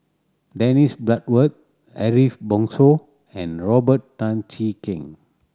Dennis Bloodworth Ariff Bongso and Robert Tan Jee Keng